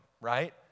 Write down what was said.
right